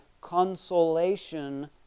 consolation